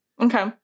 Okay